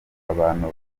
abantu